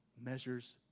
measures